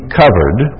covered